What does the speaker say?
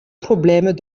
problèmes